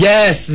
Yes